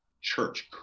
church